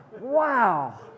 Wow